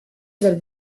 del